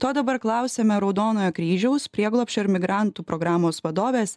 to dabar klausiame raudonojo kryžiaus prieglobsčio ir migrantų programos vadovės